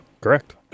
correct